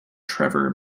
trevor